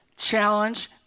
challenge